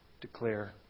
declare